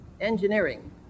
engineering